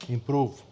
improve